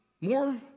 more